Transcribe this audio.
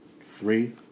Three